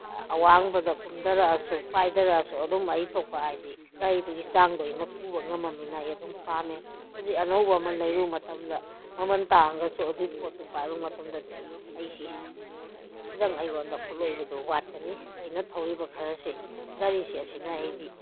ꯑꯋꯥꯡꯕꯗ ꯀꯨꯝꯊꯔꯛꯑꯁꯨ ꯄꯥꯏꯊꯔꯛꯑꯁꯨ ꯑꯗꯨꯝ ꯑꯩ ꯊꯣꯛꯄ ꯍꯥꯏꯗꯤ ꯒꯥꯔꯤꯗꯨꯒꯤ ꯆꯥꯡꯗꯣ ꯑꯩꯅ ꯄꯨꯕ ꯉꯝꯃꯝꯅꯤꯅ ꯑꯩ ꯑꯗꯨꯝ ꯄꯥꯝꯃꯦ ꯍꯧꯖꯤꯛ ꯑꯅꯧꯕ ꯑꯃ ꯂꯩꯔꯨ ꯃꯇꯝꯗ ꯃꯃꯟ ꯇꯥꯡꯉꯒꯁꯨ ꯑꯗꯨꯏ ꯄꯣꯠꯇꯣ ꯄꯥꯏꯔꯨ ꯃꯇꯝꯗꯗꯤ ꯑꯩꯁꯤ ꯈꯤꯇꯪ ꯑꯩꯉꯣꯟꯗ ꯈꯨꯠꯂꯣꯏꯕꯗꯣ ꯋꯥꯠꯀꯅꯤ ꯑꯩꯅ ꯊꯧꯔꯤꯕ ꯈꯔꯁꯤ ꯒꯥꯔꯤꯁꯤ ꯑꯁꯤꯅ ꯑꯩꯗꯤ